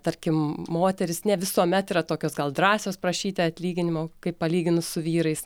tarkim moterys ne visuomet yra tokios gal drąsios prašyti atlyginimų kaip palyginus su vyrais